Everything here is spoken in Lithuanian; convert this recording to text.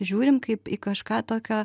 žiūrime kaip į kažką tokio